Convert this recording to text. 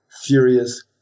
furious